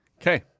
Okay